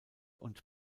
und